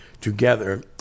together